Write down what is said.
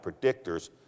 predictors